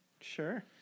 Sure